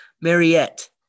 mariette